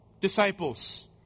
disciples